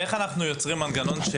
ואיך אנחנו יוצרים מנגנון?